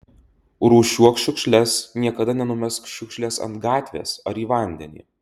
rūšiuok šiukšles niekada nenumesk šiukšlės ant gatvės ar į vandenį